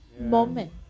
moment